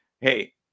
hey